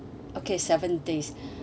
okay seven days